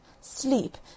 sleep